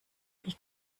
wie